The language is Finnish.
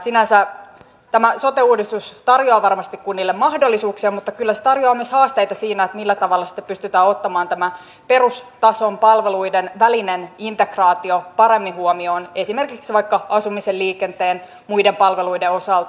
sinänsä tämä sote uudistus tarjoaa varmasti kunnille mahdollisuuksia mutta kyllä se tarjoaa myös haasteita siinä millä tavalla sitten pystytään ottamaan tämä perustason palveluiden välinen integraatio paremmin huomioon esimerkiksi vaikka asumisen liikenteen muiden palveluiden osalta